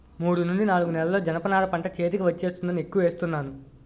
మూడు నుండి నాలుగు నెలల్లో జనప నార పంట చేతికి వచ్చేస్తుందని ఎక్కువ ఏస్తున్నాను